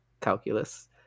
calculus